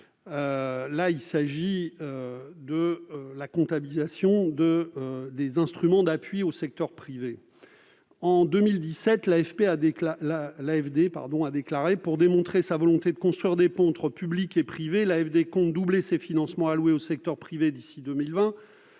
il s'agit de la comptabilisation des instruments du secteur privé (ISP). En 2017, l'AFD déclarait :« Pour démontrer sa volonté de construire des ponts entre public et privé, l'AFD compte doubler ses financements alloués au secteur privé d'ici 2020.